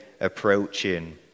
approaching